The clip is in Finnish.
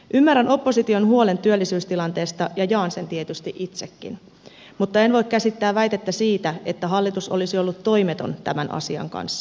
ymmärrän opposition huolen työllisyystilanteesta ja jaan sen tietysti itsekin mutta en voi käsittää väitettä siitä että hallitus olisi ollut toimeton tämän asian kanssa